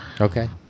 Okay